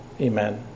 amen